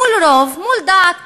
מול רוב, מול דעת קהל,